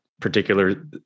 particular